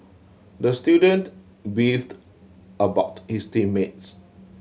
the student beefed about his team mates